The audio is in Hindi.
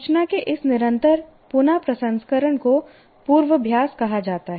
सूचना के इस निरंतर पुन प्रसंस्करण को पूर्वाभ्यास कहा जाता है